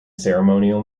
ceremonial